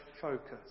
focus